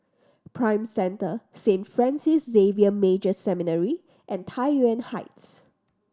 Prime Centre Saint Francis Xavier Major Seminary and Tai Yuan Heights